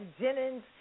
Jennings